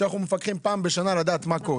שאנחנו מפקחים פעם בשנה לדעת מה קורה,